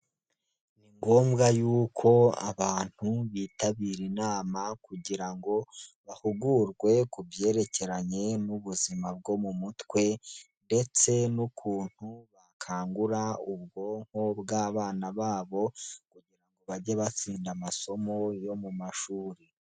Ni ngombwa yuko abantu bitabira inama kugira ngo bahugurwe ku byerekeranye n'ubuzima bwo mu mutwe ndetse n'ukuntu bakangura ubwonko bw'abana babo, kugira ngo bage batsinda amasomo yo mu mashuri.